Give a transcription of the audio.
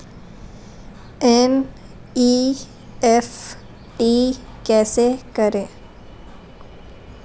NEFT कैसे करें?